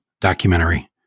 documentary